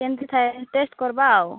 କେମିତି ଥାଏ ଟେଷ୍ଟ କର୍ବା ଆଉ